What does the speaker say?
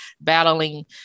battling